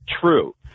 true